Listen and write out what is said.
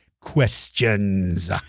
questions